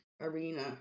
arena